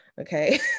Okay